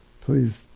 please